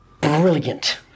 brilliant